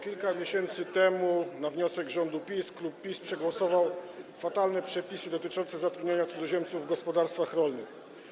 Kilka miesięcy temu na wniosek rządu PiS klub PiS przegłosował fatalne przepisy dotyczące zatrudnienia cudzoziemców w gospodarstwach rolnych.